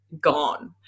gone